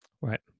Right